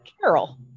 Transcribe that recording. carol